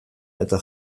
eta